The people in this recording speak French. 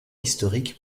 historique